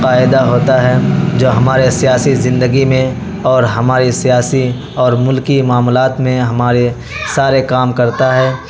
قاعدہ ہوتا ہے جو ہمارے سیاسی زندگی میں اور ہماری سیاسی اور ملکی معاملات میں ہمارے سارے کام کرتا ہے